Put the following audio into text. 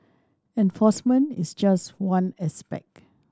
enforcement is just one aspect